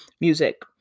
music